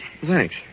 Thanks